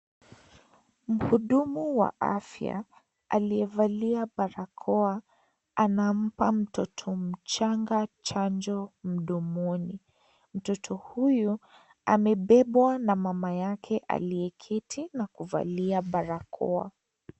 Mhudumu wa afya aliyevalia barakoa anampa mtoto mchanga chanjo mdomoni. Mtoto huyo amebebwa na mama yake aliyeketi na kuvalia barakoa.